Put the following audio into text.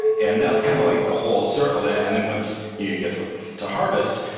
and that's kind of like the whole circle. then and and once you get to harvest,